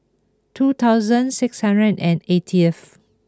two thousand six hundred and eightieth